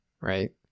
right